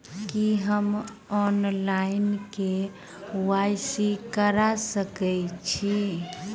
की हम online, KYC करा सकैत छी?